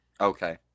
Okay